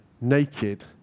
naked